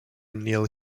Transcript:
neil